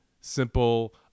simple